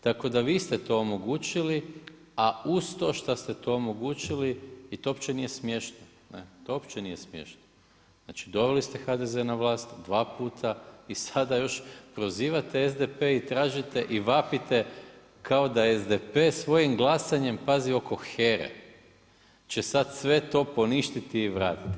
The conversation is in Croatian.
Tako da vi ste to omogućili a uz to šta ste to omogućili i to uopće nije smiješno, ne, to uopće nije smiješno, znači doveli ste HDZ na vlast dvaputa, i sada još prozivate SDP i tražite i vapite kao SDP svojim glasanje, pazi oko HERA-e će sad to sve poništiti i vratiti.